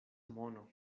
mono